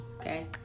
okay